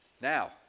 Now